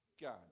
God